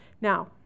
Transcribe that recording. Now